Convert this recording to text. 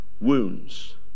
wounds